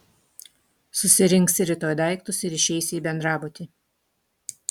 susirinksi rytoj daiktus ir išeisi į bendrabutį